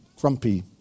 grumpy